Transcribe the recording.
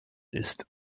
ist